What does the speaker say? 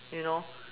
you know